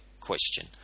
question